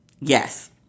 Yes